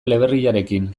eleberriarekin